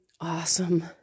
awesome